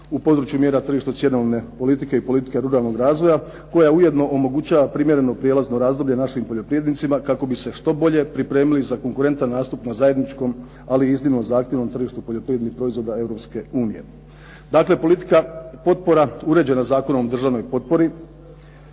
u području mjera tržišta cjenovne politike i politike ruralnog razvoja, koja ujedno omogućava primjereno prijelazno razdoblje našim poljoprivrednicima kako bi se što bolje pripremili za konkurentan nastup na zajedničkom, ali iznimno zahtjevnom tržištu poljoprivrednih proizvoda Europske unije. Dakle politika potpora uređena Zakonom o državnoj potpori,